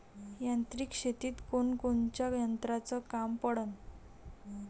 यांत्रिक शेतीत कोनकोनच्या यंत्राचं काम पडन?